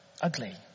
ugly